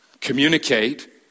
communicate